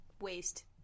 waste